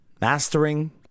mastering